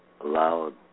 allowed